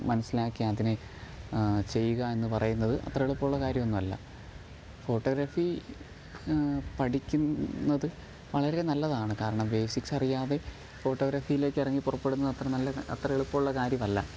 മനസ്സിലാക്കി അതിനെ ചെയ്യുക എന്ന് പറയുന്നത് അത്ര എളുപ്പമുള്ള കാര്യമൊന്നുമല്ല ഫോട്ടോഗ്രാഫി പഠിക്കുന്നത് വളരെ നല്ലതാണ് കാരണം ബേസിക്സ് അറിയാതെ ഫോട്ടോഗ്രഫിയിലേക്ക് ഇറങ്ങി പുറപ്പെടുന്ന അത്ര നല്ല അത്ര എളുപ്പമുള്ള കാര്യമല്ല